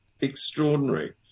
extraordinary